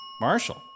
Marshall